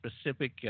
specific